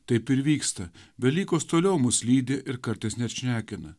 taip ir vyksta velykos toliau mus lydi ir kartais net šnekina